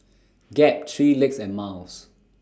Gap three Legs and Miles